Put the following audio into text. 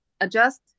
adjust